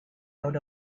out